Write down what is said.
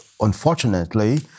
unfortunately